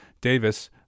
Davis